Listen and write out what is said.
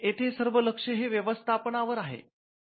येथे सर्व लक्ष हे व्यवस्थापन वर आहे